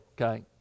okay